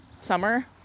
summer